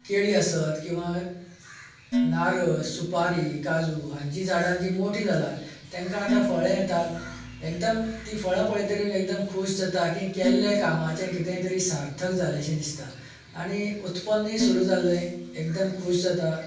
केळी आसत किंवा नाल्ल सुपारी काजू हांची झाडां जीं मोठीं जाल्यात तांकां आतां फळां येतात एकदम तीं फळां पळयतकच एकदम खूश जाता की केल्लें कामाचे कितें तरी सार्थक जालेशें दिसता आनी उत्पन्नय सूरू जालें एकदम खूश जाता